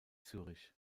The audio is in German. zürich